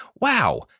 Wow